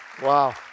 Wow